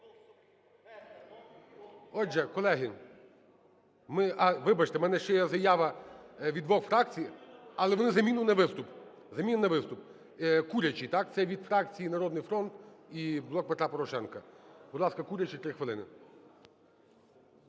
Отже, колеги… Вибачте, в мене ще є заява від двох фракцій, але вони – заміну на виступ. Курячий. Так? Це від фракції "Народний фронт" і "Блок Петра Порошенка". Будь ласка, Курячий, 3 хвилини.